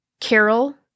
Carol